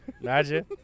Imagine